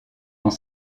dans